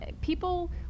people